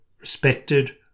respected